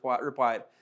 replied